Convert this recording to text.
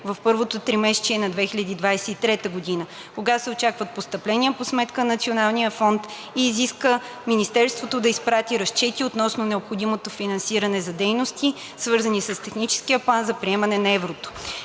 в първото тримесечие на 2023 г., кога се очакват постъпления по сметката на „Национален фонд“ и изиска Министерството да изпрати разчети относно необходимото финансиране за дейности, свързани с техническия план за приемане на еврото.